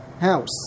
house